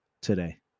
today